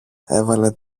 έβαλε